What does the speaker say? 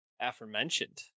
aforementioned